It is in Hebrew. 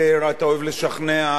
אתה מאמין במה שאתה אומר,